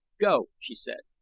go! she said,